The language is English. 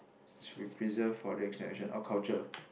should be preserved for the next generation oh culture